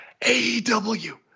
AEW